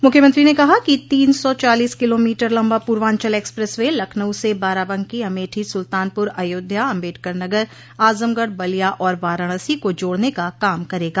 मुख्यमंत्री ने कहा कि तीन सौ चालीस किलोमीटर लम्बा पूर्वांचल एक्सप्रेस वे लखनऊ से बाराबंकी अमेठी सुल्तानपुर अयोध्या अम्बेडकर नगर आजमगढ बलिया और वाराणसी को जोड़ने का काम करेगा